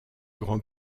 grand